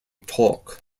talk